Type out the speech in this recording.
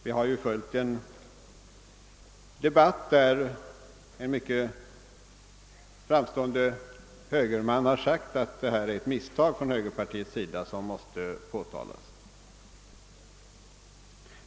Jag kan hänvisa till en debatt där en mycket framstående högerman har sagt att detta skattesänkningsförslag är ett misstag från högerpartiets sida som måste påtalas.